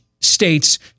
states